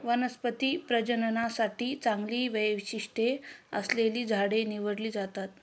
वनस्पती प्रजननासाठी चांगली वैशिष्ट्ये असलेली झाडे निवडली जातात